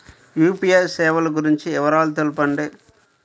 UPI సేవలు గురించి వివరాలు తెలుపండి?